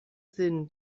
sinn